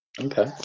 Okay